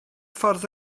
ffordd